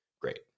great